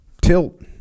tilt